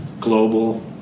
global